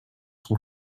son